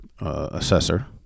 assessor